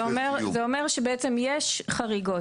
זה אומר שבעצם יש חריגות,